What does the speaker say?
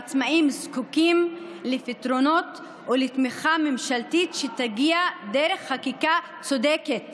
העצמאים זקוקים לפתרונות ולתמיכה ממשלתית שתגיע דרך חקיקה צודקת